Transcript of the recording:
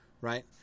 right